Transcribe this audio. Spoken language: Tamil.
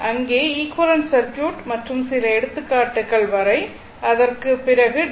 அங்கே ஈக்வலேன்ட் சர்க்யூட் மற்றும் சில எடுத்துக்காட்டுகள் வரை அதற்குப் பிறகு டி